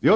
Det